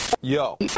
Yo